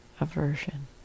aversion